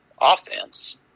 offense